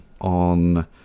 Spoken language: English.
on